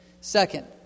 Second